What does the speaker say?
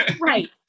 Right